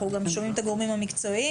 אנחנו גם שומעים את הגורמים המקצועיים.